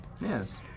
Yes